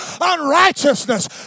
unrighteousness